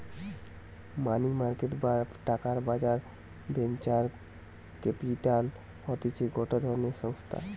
মানি market বা টাকার বাজার ভেঞ্চার ক্যাপিটাল হতিছে গটে ধরণের সংস্থা